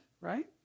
right